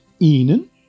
Ihnen